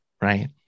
right